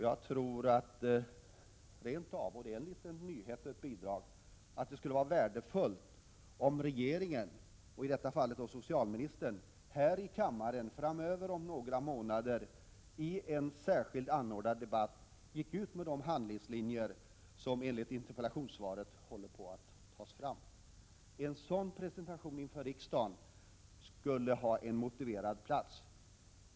Jag tror rent av — det är en liten nyhet och ett bidrag — att det skulle vara värdefullt om regeringen, och i detta fall socialministern, här i kammaren om några månader i en särskilt anordnad debatt gick ut med de handlingslinjer som enligt interpellationssvaret håller på att tas fram. En sådan presentation inför riksdagen skulle ha en motiverad plats.